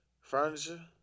furniture